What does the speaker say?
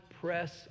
press